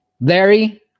Larry